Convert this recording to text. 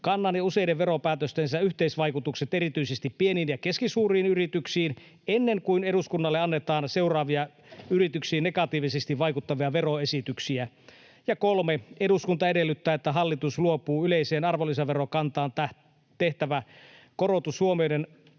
ja useiden veropäätöstensä yhteisvaikutukset erityisesti pieniin ja keskisuuriin yrityksiin ennen kuin eduskunnalle annetaan seuraavia yrityksiin negatiivisesti vaikuttavia veroesityksiä. 3) Eduskunta edellyttää, että hallitus luopuu yleiseen arvonlisäverokantaan tehtävä korotus huomioiden